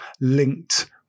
linked